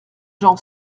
jean